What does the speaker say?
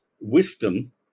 wisdom